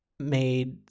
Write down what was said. made